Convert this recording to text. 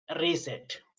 reset